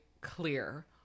clear